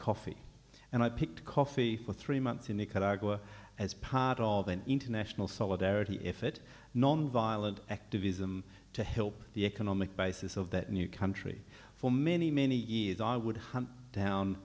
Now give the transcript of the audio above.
coffee and i picked coffee for three months in nicaragua as part of the international solidarity if it nonviolent activism to help the economic basis of that new country for many many years i would make